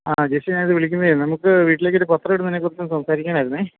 അ ജിസെ ഞാൻ ഇതു വിളിക്കുന്നതേ നമുക്കു വീട്ടിലേക്കൊരു പത്രം ഇടുന്നതിനെക്കുറിച്ചു സംസാരിക്കാനായിരുന്നേ